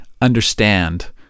understand